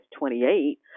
28